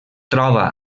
troba